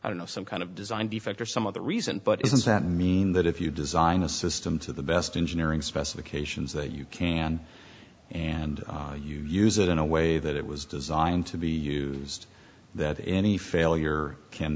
i don't know some kind of design defect or some other reason but isn't that mean that if you design a system to the best engineering specifications that you can and you use it in a way that it was designed to be used that any failure can